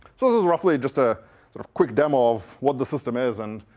so this is roughly just a sort of quick demo of what the system is, and